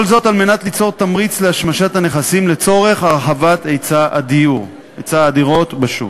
כל זאת על מנת ליצור תמריץ להשמשת הנכסים לצורך הרחבת היצע הדירות בשוק.